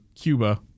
Cuba